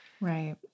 Right